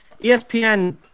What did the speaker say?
ESPN